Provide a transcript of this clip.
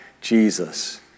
Jesus